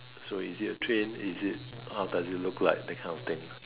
so is it a train is it how does it look like that kind of thing